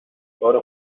کار